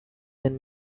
and